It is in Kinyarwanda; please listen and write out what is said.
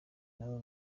nabo